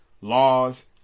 laws